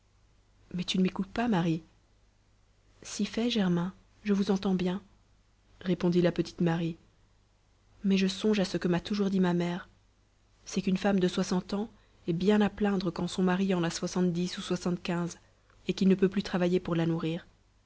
mais tu ne m'écoutes pas marie si fait germain je vous entends bien répondit la petite marie mais je songe à ce que m'a toujours dit ma mère c'est qu'une femme de soixante ans est bien à plaindre quand son mari en a soixante-dix ou soixante-quinze et qu'il ne peut plus travailler pour la nourrir